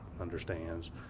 understands